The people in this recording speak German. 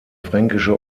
fränkische